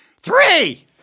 Three